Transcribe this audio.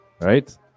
Right